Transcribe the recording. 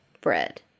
bread